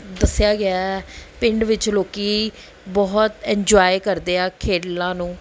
ਦੱਸਿਆ ਗਿਆ ਹੈ ਪਿੰਡ ਵਿੱਚ ਲੋਕ ਬਹੁਤ ਇੰਜੋਆਏ ਕਰਦੇ ਆ ਖੇਡਾਂ ਨੂੰ